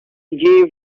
gave